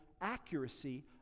accuracy